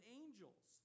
angels